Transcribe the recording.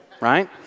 right